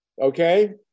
Okay